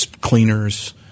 cleaners